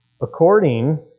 According